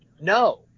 No